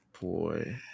Boy